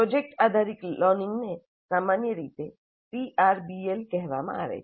project આધારિત લર્નિંગને સામાન્ય રીતે PRBL કહેવામાં આવે છે